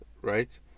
right